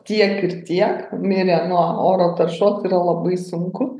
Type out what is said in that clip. tiek ir tiek mirė nuo oro taršos yra labai sunku